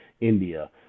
India